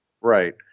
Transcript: Right